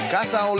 Casa